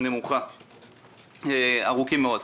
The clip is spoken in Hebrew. ארוכים מאוד.